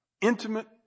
Intimate